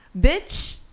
bitch